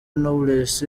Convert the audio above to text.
knowless